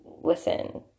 listen